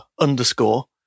underscore